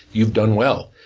you've done well,